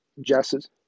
Jesses